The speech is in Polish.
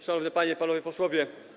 Szanowni Panie i Panowie Posłowie!